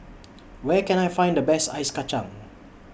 Where Can I Find The Best Ice Kachang